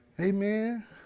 Amen